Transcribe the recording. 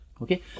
Okay